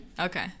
Okay